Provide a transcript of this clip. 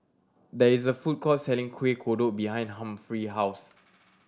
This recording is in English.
there is a food court selling Kuih Kodok behind Humphrey house